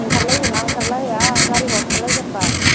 ओंखारलायगोनना ओंखारलाया गारि हरखा लायगोनब्ला